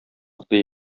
йоклый